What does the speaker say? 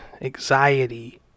anxiety